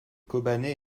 kobané